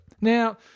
Now